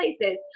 places